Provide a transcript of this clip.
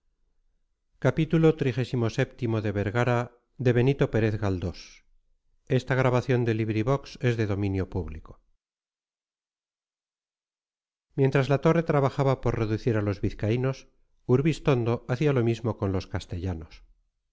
mientras la torre trabajaba por reducir a los vizcaínos urbistondo hacía lo mismo con los castellanos